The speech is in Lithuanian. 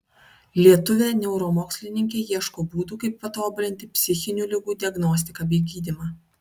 lietuvė neuromokslininkė ieško būdų kaip patobulinti psichinių ligų diagnostiką bei gydymą